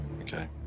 okay